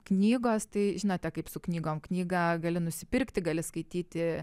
knygos tai žinote kaip su knygom knygą gali nusipirkti gali skaityti